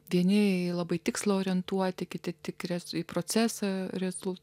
vieni labai tikslų orientuoti kiti tikresnio į procesą resursų